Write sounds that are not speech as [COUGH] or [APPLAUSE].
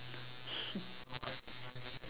[LAUGHS]